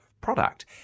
product